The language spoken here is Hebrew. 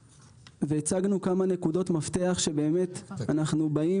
הצגנו כמה נקודות מפתח שבאמת אנחנו באים